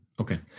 Okay